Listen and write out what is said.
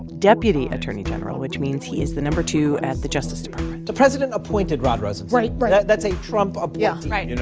deputy attorney general, which means he is the no. two at the justice department the president appointed rod rosenstein right, right that's a trump appointee um yeah right you know